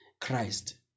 christ